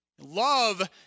Love